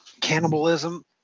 cannibalism